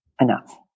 enough